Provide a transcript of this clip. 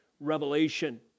revelation